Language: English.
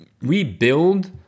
rebuild